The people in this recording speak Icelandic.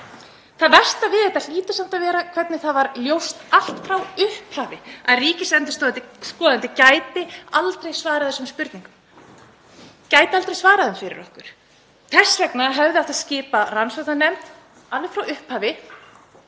Það versta við þetta hlýtur samt að vera hvernig það var ljóst allt frá upphafi að ríkisendurskoðandi gæti aldrei svarað þessum spurningum, gæti aldrei svarað þeim fyrir okkur. Þess vegna hefði átt að skipa rannsóknarnefnd alveg frá upphafi,